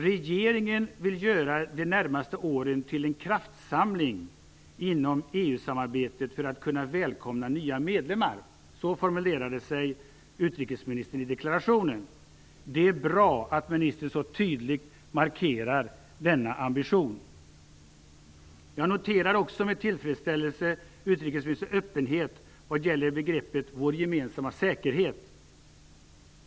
"Regeringen vill göra de närmaste åren till en kraftsamling inom EU-samarbetet för att kunna välkomna nya medlemmar." Så formulerade sig utrikesministern i deklarationen. Det är bra att ministern så tydligt markerar denna ambition. Jag noterar också med tillfredsställelse utrikesministerns öppenhet vad gäller begreppet "vår gemensamma säkerhet".